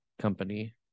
company